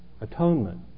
atonement